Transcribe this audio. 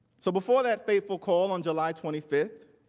so before that faithful call on july twenty fifth,